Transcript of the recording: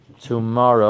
tomorrow